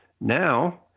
Now